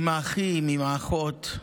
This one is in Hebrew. עם האחים, עם האחות,